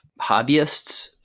hobbyists